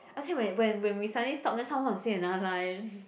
而且 when when when we suddenly stop then someone will say another line